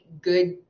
good